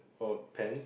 or pant